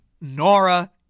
Nora